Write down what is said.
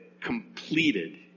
completed